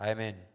Amen